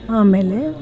ಆಮೇಲೆ